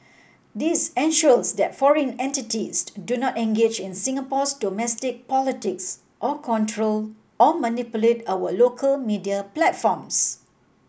this ensures that foreign entities do not engage in Singapore's domestic politics or control or manipulate our local media platforms